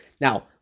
Now